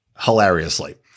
Hilariously